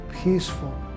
peaceful